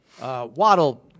Waddle